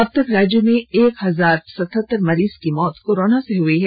अब तक राज्य में एक हजार सतहत्तर मरीज की मौत कोरोना से हुई हैं